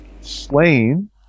slain